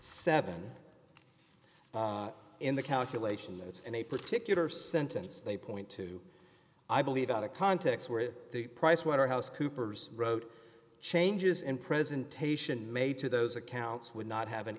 seven in the calculations and a particular sentence they point to i believe out of context where the price waterhouse coopers wrote changes in presentation made to those accounts would not have an